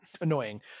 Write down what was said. annoying